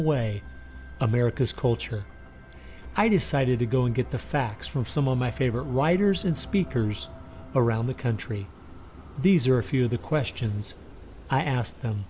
away america's culture i decided to go and get the facts from some of my favorite writers and speakers around the country these are a few of the questions i